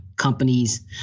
companies